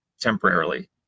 temporarily